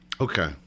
Okay